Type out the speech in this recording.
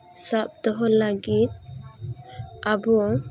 ᱥᱟᱵ ᱫᱚᱦᱚ ᱞᱟᱜᱤᱫ ᱟᱵᱚ